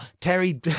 Terry